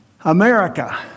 America